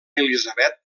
elisabet